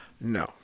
No